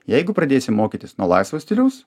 jeigu pradėsi mokytis nuo laisvo stiliaus